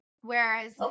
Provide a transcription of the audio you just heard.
Whereas